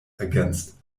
ergänzt